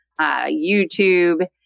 YouTube